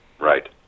Right